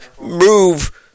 move